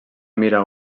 mira